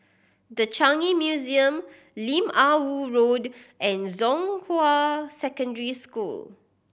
The Changi Museum Lim Ah Woo Road and Zhonghua Secondary School